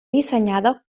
dissenyada